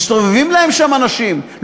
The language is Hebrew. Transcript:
מסתובבים להם שם אנשים,